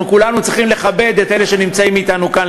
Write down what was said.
אנחנו כולנו צריכים לכבד את אלה שנמצאים אתנו כאן,